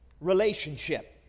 relationship